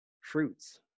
fruits